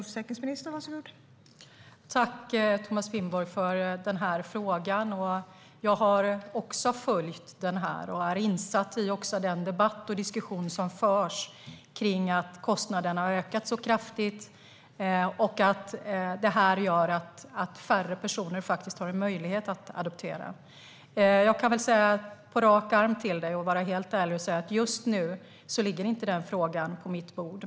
Fru talman! Tack, Thomas Finnborg, för frågan! Jag har också följt det här och är insatt i den debatt och diskussion som förs kring att kostnaden har ökat så kraftigt och att det gör att färre personer faktiskt har möjlighet att adoptera. Jag ska vara helt ärlig och säga att den här frågan just nu inte ligger på mitt bord.